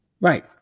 right